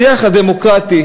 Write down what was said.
השיח הדמוקרטי,